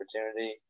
opportunity